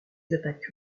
attaques